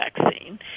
vaccine